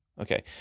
Okay